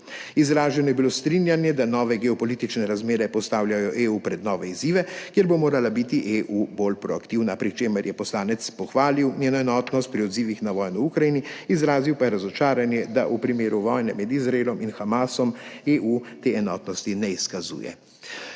Izraženo je bilo strinjanje, da nove geopolitične razmere postavljajo EU pred nove izzive, kjer bo morala biti EU bolj proaktivna, pri čemer je poslanec pohvalil njeno enotnost pri odzivih na vojno v Ukrajini, izrazil pa je razočaranje, da v primeru vojne med Izraelom in Hamasom EU te enotnosti ne izkazuje.